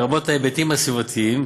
לרבות ההיבטים הסביבתיים,